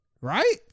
right